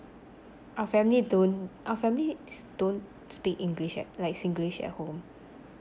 our family don't our families don't speak english at like singlish at home